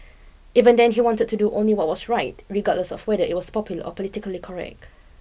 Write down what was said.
even then he wanted to do only what was right regardless of whether it was popular or politically correct